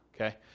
Okay